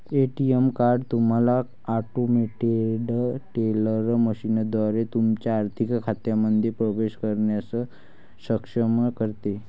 ATM card तुम्हाला automated teller मशीनद्वारे तुमच्या आर्थिक खात्यांमध्ये प्रवेश करण्यास सक्षम करते